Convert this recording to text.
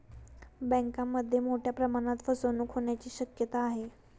बँकांमध्ये मोठ्या प्रमाणात फसवणूक होण्याची शक्यता आहे